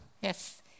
Yes